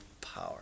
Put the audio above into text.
power